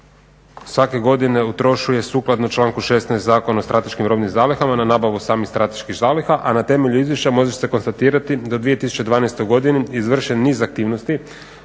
svake godine utrošuje sukladno članku 16. Zakona o strateškim robnim zalihama na nabavu samih strateških zaliha a na temelju izvješća može se konstatirati da 2012.godini izvršen niz aktivnosti